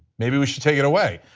maybe we should take it away.